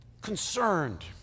concerned